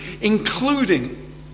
including